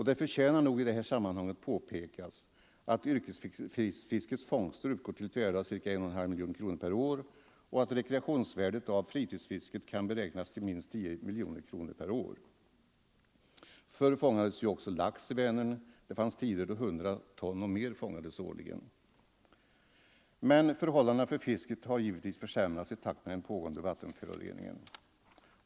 Det förtjänar i detta sammanhang påpekas att yrkesfiskets fångster uppgår till ett värde av ca 1,5 miljoner kronor per år och att rekreationsvärdet av fritidsfisket kan beräknas till minst 10 miljoner kronor per år. Förr fångades ju lax i Vänern; det fanns tider då 100 ton och mer fångades årligen. Men förhållandena för fisket har givetvis försämrats i takt med den pågående vattenföroreningen.